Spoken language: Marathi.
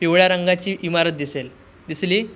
पिवळ्या रंगाची इमारत दिसेल दिसली